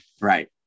Right